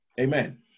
Amen